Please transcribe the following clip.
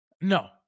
No